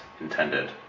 intended